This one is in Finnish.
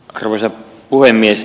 arvoisa puhemies